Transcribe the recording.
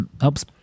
helps